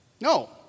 No